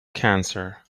cancer